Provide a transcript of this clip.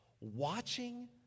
watching